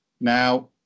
Now